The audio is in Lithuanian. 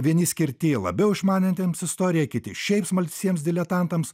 vieni skirti labiau išmanantiems istoriją kiti šiaip smalsiems diletantams